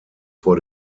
vor